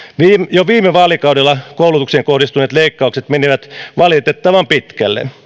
jo viime vaalikaudella koulutukseen kohdistuneet leikkaukset menivät valitettavan pitkälle